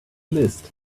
list